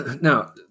Now